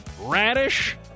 Radish